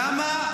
למה?